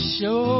Show